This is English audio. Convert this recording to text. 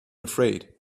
afraid